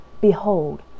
Behold